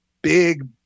Big